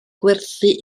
gwerthu